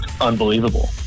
unbelievable